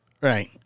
Right